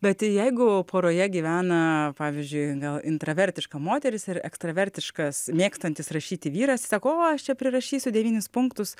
bet jeigu poroje gyvena pavyzdžiui gal intravertiška moteris ir ekstravertiškas mėgstantis rašyti vyras sako o aš čia prirašysiu devynis punktus